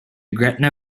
gretna